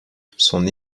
son